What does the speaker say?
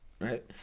right